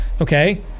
Okay